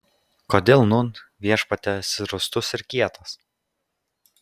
kodėl nūn viešpatie esi rūstus ir kietas